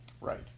right